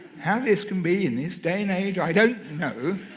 how this can be in this day and age, i don't know.